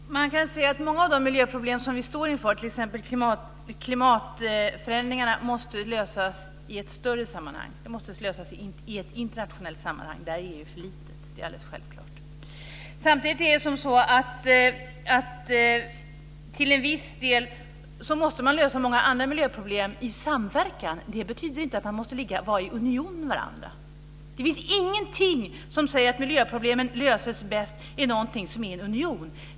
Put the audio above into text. Fru talman! Man kan säga att många av de miljöproblem som vi står inför, t.ex. klimatförändringarna, måste lösas i ett större sammanhang. De måste lösas i ett internationellt sammanhang. Där är EU för litet. Det är alldeles självklart. Samtidigt måste man till en viss del lösa många andra miljöproblem i samverkan. Det betyder inte att man måste vara i union med varandra. Det finns ingenting som säger att miljöproblemen löses bäst i någonting som är en union.